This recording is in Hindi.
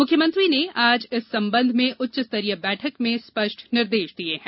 मुख्यमंत्री ने आज इस संबंध में उच्च स्तरीय बैठक में स्पष्ट निर्देश दिए है